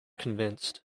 convinced